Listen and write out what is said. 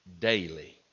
daily